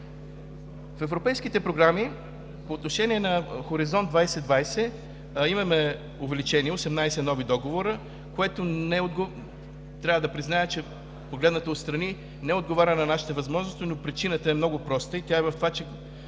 В европейските програми по отношение на Хоризонт 2020 имаме увеличение – 18 нови договора, което, трябва да призная, че, погледнато от страни, не отговаря на нашите възможности, но причината е много проста. Тя е в това, че